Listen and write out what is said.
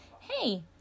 hey